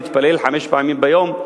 להתפלל חמש פעמים ביום,